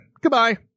Goodbye